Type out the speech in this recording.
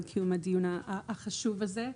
על קיום הדיון החשוב הזה.